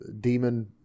demon